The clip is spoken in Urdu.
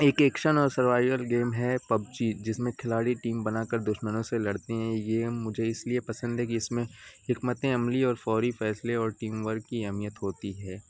ایک ایکشن اور سروائیل گیم ہے پب جی جس میں کھلاڑی ٹیم بنا کر دشمنوں سے لڑتے ہیں یہ گیم مجھے اس لیے پسند ہے کہ اس میں حکمت عملی اور فوری فیصلے اور ٹیم ورک کی اہمیت ہوتی ہے